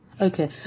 Okay